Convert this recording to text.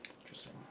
Interesting